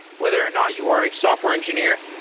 whether or not you are a software engineer,